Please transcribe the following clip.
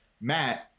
Matt